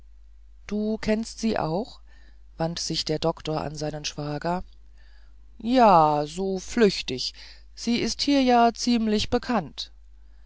du kennst sie auch wandte sich der doktor an seinen schwager ja a a so flüchtig sie ist ja hier ziemlich bekannt